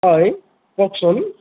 হয় কওকচোন